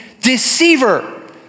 deceiver